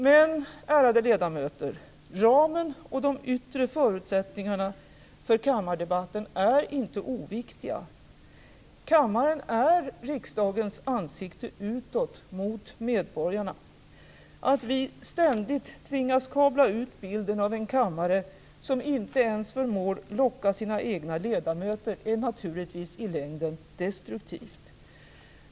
Men, ärade ledamöter, ramen och de yttre förutsättningarna för kammardebatten är inte oviktiga. Kammaren är riksdagens ansikte utåt, mot medborgarna. Att vi ständigt tvingas kabla ut bilden av en kammare som inte ens förmår locka sina egna ledamöter är naturligtvis i längden destruktivt.